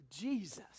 Jesus